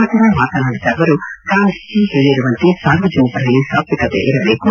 ನಂತರ ಮಾತನಾಡಿದ ಅವರು ಗಾಂಧೀಜಿ ಹೇಳರುವಂತೆ ಸಾರ್ವಜನಿಕರಲ್ಲಿ ಸಾತ್ವಿಕತೆ ಇರಬೇಕು